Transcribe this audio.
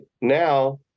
Now